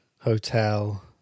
hotel